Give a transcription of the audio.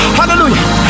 hallelujah